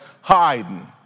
hiding